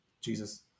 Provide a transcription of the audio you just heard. Jesus